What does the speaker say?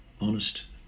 honest